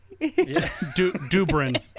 Dubrin